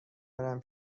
برم